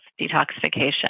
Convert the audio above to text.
detoxification